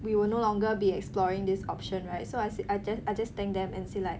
we will no longer be exploring this option right so I said I just I just thanked them and said like